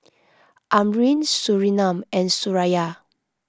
Amrin Surinam and Suraya